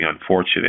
unfortunate